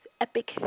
epic